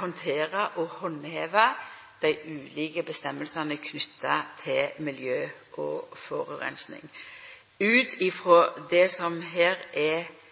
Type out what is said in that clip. handtera og handheva dei ulike avgjerdene knytte til miljø og forureining. Ut frå det som så langt er